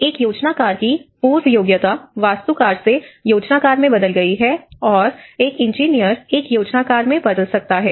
एक योजनाकार की पूर्व योग्यता वास्तुकार से योजनाकार में बदल गई है और एक इंजीनियर एक योजनाकार में बदल सकता है